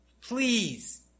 Please